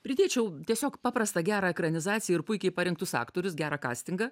pridėčiau tiesiog paprastą gerą ekranizaciją ir puikiai parengtus aktorius gerą kastingą